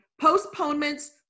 postponements